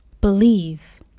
Believe